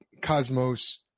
cosmos